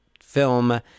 film